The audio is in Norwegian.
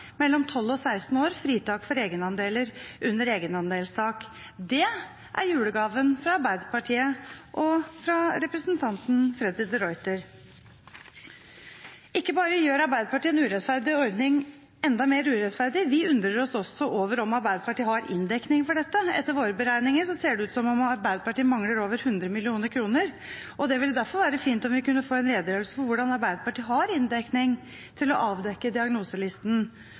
mellom 12 og 16 år fritak for egenandeler under egenandelstak. Det er julegaven fra Arbeiderpartiet og representanten Freddy de Ruiter. Ikke bare gjør Arbeiderpartiet en urettferdig ordning enda mer urettferdig. Vi undrer oss også over om Arbeiderpartiet har inndekning for dette. Etter våre beregninger ser det ut som Arbeiderpartiet mangler over 100 mill. kr, og det ville derfor være fint om vi kunne få en redegjørelse for hvordan Arbeiderpartiet har inndekning til å beholde diagnoselisten